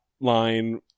line